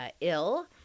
ill